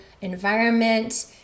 environment